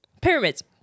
pyramids